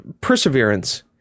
perseverance